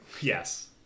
Yes